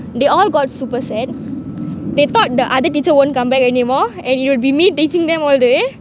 they all got super sad they thought the other teacher won't come back anymore and it will be me teaching them all the way